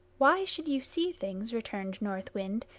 why should you see things, returned north wind,